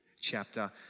chapter